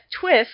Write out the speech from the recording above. twist